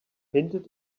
hinted